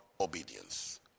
obedience